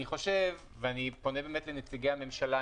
אני פונה לנציגי הממשלה,